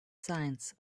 science